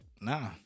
Nah